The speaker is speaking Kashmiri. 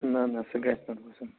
نہَ نہَ سُہ گژھِ نہٕ گژھُن